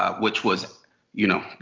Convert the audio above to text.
ah which was you know,